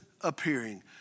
appearing